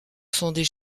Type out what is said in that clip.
sont